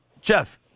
Jeff